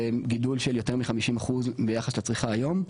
גידול של יותר מ-50% ביחס לצריכה היום,